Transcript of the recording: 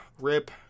Rip